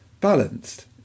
balanced